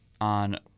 on